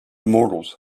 mortals